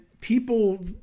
people